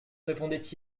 répondait